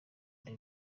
the